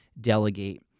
delegate